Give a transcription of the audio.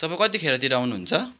तपाईँ कति खेरतिर आउनुहुन्छ